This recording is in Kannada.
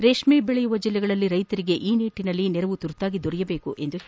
ರೇಷ್ಮೆ ಬೆಳೆಯುವ ಜಿಲ್ಲೆಗಳಲ್ಲಿ ರೈತರಿಗೆ ಈ ನಿಟ್ಟಿನಲ್ಲಿ ನೆರವು ತುರ್ತಾಗಿ ದೊರೆಯಬೇಕು ಎಂದರು